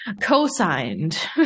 co-signed